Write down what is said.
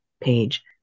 page